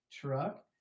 truck